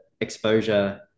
exposure